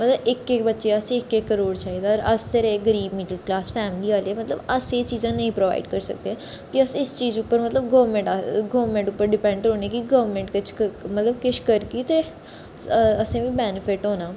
मतलब इक इक बच्चे आस्तै इक इक करोड़ चाहिदा अस रेह् गरीब मिडल क्लास फैमली आह्ले मतलब अस एह् चीजां नेईं प्रोवाइड करी सकदे फ्ही अस इस चीज उप्पर मतलब गोरमैंट गोरमैंट उप्पर डिपैंड रौह्ने कि गोरमैंट किश मतलब किश करगी ते असें बी बैनीफिट होना